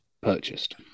purchased